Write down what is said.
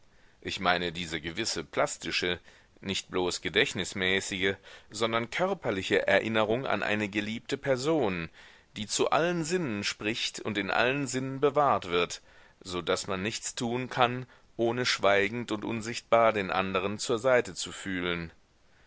ich meine diese gewisse plastische nicht bloß gedächtnismäßige sondern körperliche erinnerung an eine geliebte person die zu allen sinnen spricht und in allen sinnen bewahrt wird so daß man nichts tun kann ohne schweigend und unsichtbar den anderen zur seite zu fühlen